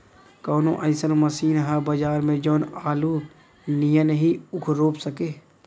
कवनो अइसन मशीन ह बजार में जवन आलू नियनही ऊख रोप सके?